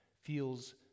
feels